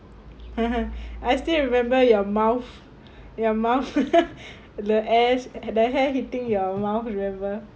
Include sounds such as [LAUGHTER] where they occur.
[LAUGHS] I still remember your mouth your mouth [LAUGHS] the air the hair hitting your mouth remember